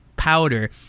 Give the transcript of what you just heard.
powder